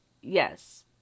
Yes